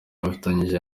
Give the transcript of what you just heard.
abifatanyije